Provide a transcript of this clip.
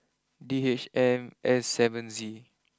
D H M S seven Z